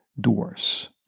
doors